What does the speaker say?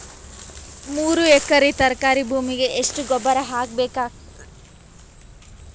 ಮೂರು ಎಕರಿ ತರಕಾರಿ ಭೂಮಿಗ ಎಷ್ಟ ಗೊಬ್ಬರ ಹಾಕ್ ಬೇಕಾಗತದ?